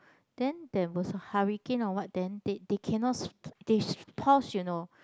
then there was a hurricane or what then they they cannot they pause you know